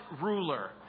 ruler